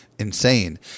insane